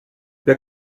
wir